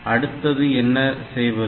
அடுத்து என்ன செய்வது